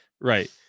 Right